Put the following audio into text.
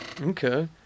okay